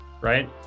right